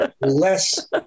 less